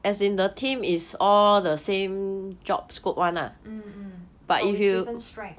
mm but with different strength